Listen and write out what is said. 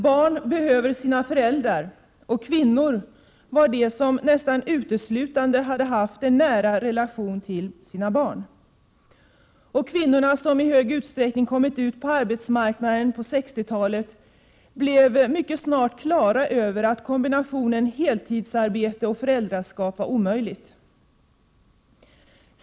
Barn behöver sina föräldrar, och det var nästan uteslutande kvinnor som hade en nära relation till sina barn. Kvinnorna, som i hög utsträckning kommit ut på arbetsmarknaden på 1960-talet, blev mycket snart klara över att kombinationen heltidsarbete och föräldraskap var omöjlig.